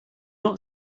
not